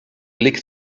lick